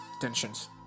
tensions